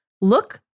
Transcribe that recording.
look